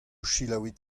selaouit